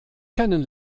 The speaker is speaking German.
kennen